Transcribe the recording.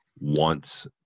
wants